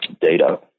data